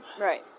Right